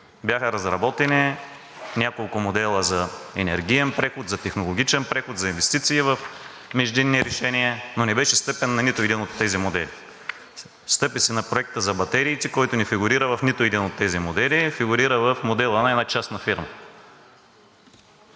Бяха разработени няколко модела за енергиен преход, за технологичен преход, за инвестиции в междинни решения, но не беше стъпено на нито един от тези модели. Стъпи се на проекта за батериите, който не фигурира в нито един от тези модели. Фигурира в модела на една частна фирма